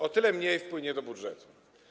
O tyle mniej wpłynie do budżetu.